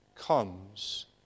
comes